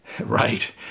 right